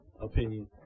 opinion